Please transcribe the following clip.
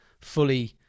fully